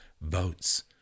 votes